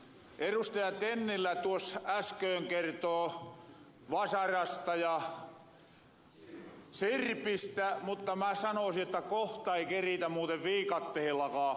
erustaja tennilä tuos äsköön kertoo vasarasta ja sirpistä mutta mä sanosin jotta kohta ei keritä muuten viikattehellakaan